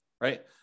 right